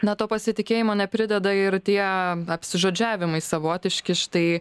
na to pasitikėjimo neprideda ir tie apsižodžiavimai savotiški štai